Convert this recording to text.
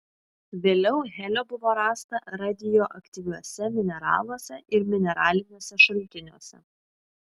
vėliau helio buvo rasta radioaktyviuose mineraluose ir mineraliniuose šaltiniuose